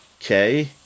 okay